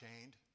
chained